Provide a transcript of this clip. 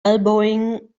elbowing